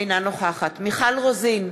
אינה נוכחת מיכל רוזין,